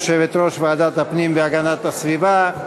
יושבת-ראש ועדת הפנים והגנת הסביבה.